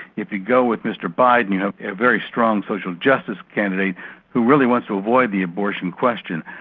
if you go with mr biden you have a very strong social justice candidate who really wants to avoid the abortion question.